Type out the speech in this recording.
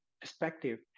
perspective